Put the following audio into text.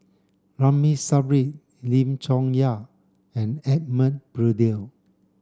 Ramli Sarip Lim Chong Yah and Edmund Blundell